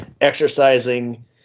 exercising